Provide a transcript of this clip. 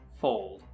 Fold